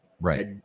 Right